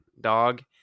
dog